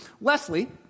Leslie